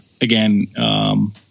again